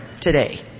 today